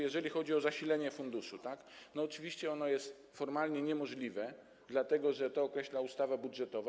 Jeżeli chodzi o zasilenie funduszu, oczywiście ono jest formalnie niemożliwe, dlatego że to określa ustawa budżetowa.